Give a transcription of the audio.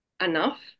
enough